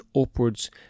upwards